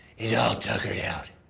he's all tuckered out.